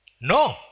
No